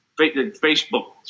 Facebook